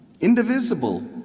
indivisible